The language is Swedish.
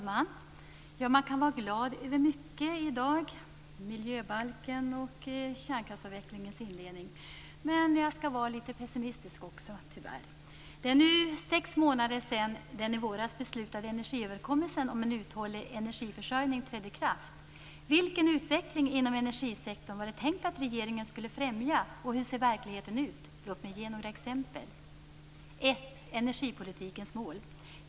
Fru talman! Man kan vara glad över mycket i dag Men jag skall tyvärr också vara litet pessimistisk. Det är nu sex månader sedan den i våras beslutade energiöverenskommelsen om en uthållig energiförsörjning trädde i kraft. Vilken utveckling inom energisektorn var det tänkt att regeringen skulle främja? Och hur ser verkligheten ut? Låt mig ge några exempel: Det gäller först energipolitikens mål.